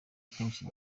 kenshi